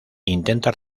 intenta